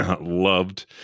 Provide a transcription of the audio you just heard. loved